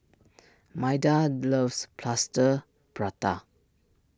Maida loves Plaster Prata